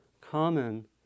common